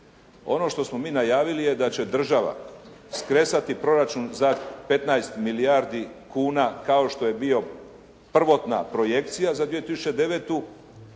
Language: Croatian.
Ono što smo mi najavili je da će država skresati proračun za 15 milijardi kuna kao što je bio prvotna projekcija za 2009., a da